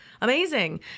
amazing